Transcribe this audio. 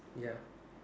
ya